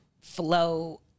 flow